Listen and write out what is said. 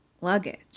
luggage